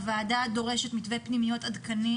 הוועדה דורשת מתווה פנימיות עדכני,